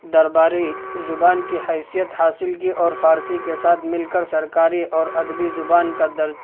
درباری زبان کی حیثیت حاصل کی اور فارسی کے ساتھ مل کر سرکاری اور ادبی زبان کا در